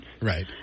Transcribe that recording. Right